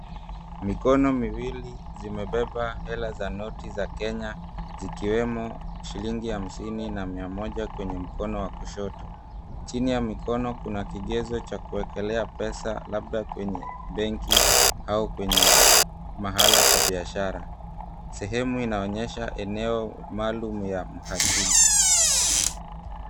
Mikono miwili zimebeba hela za noti za Kenya zikiwemo shilingi hamsini na mia moja kwenye mkona wa kushoto. Chini ya mikono kuna kigezo cha kuwekelea pesa labda kwenye benki au kwenye mahala pa biashara. Sehemu inaonyesha eneo maalum ya mhasili.